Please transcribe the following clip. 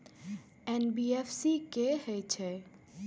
NBFC की हे छे?